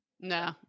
No